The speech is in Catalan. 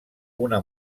una